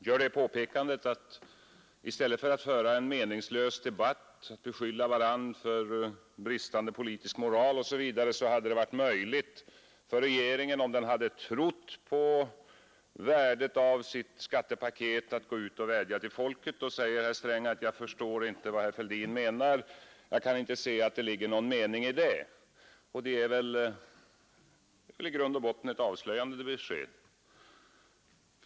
Herr talman! När jag gör påpekandet att i stället för att föra en meningslös debatt, att beskylla varandra för bristande politisk moral osv. hade det varit möjligt för regeringen, om den hade trott på värdet av sitt skattepaket, att gå ut och vädja till folket, då säger herr Sträng: ”Jag förstår inte vad herr Fälldin menar, jag kan inte se att det ligger någon mening i det.” Och det är väl i grund och botten ett avslöjande besked.